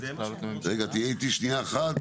רגע תהיה איתי שנייה אחת,